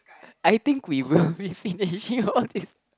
I think we will be finishing all these